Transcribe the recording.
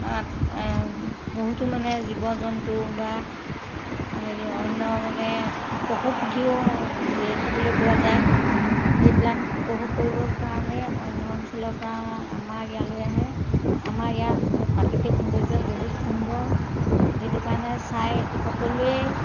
বহুতো মানে জীৱ জন্তু বা হেৰি অন্য মানে পশু পক্ষীও দেখিবলৈ পোৱা যায় সেইবিলাক উপভোগ কৰিবৰ কাৰণেই অন্য অঞ্চলৰপৰা আমাৰ ইয়ালৈ আহে আমাৰ ইয়াৰ প্ৰাকৃতিক সৌন্দৰ্য বহুত সুন্দৰ সেইটো কাৰণে চাই সকলোৱেই